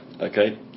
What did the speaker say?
Okay